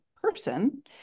person